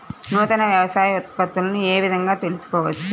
నూతన వ్యవసాయ ఉత్పత్తులను ఏ విధంగా తెలుసుకోవచ్చు?